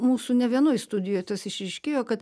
mūsų ne vienoj studijoj tas išryškėjo kad